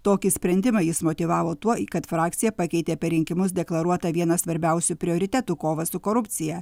tokį sprendimą jis motyvavo tuo kad frakcija pakeitė per rinkimus deklaruotą vieną svarbiausių prioritetų kovą su korupcija